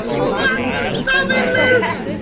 lots of stuff in this.